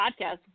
podcast